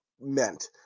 meant